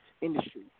industry